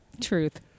Truth